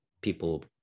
people